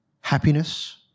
happiness